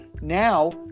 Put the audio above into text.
Now